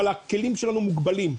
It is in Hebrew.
אבל הכלים שלנו מוגבלים.